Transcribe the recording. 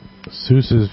Seuss's